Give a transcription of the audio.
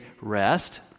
rest